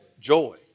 Joy